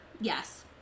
Yes